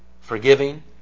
forgiving